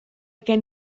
gen